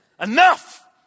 enough